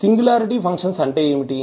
singularity functions అంటే ఏమిటి